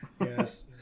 Yes